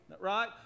right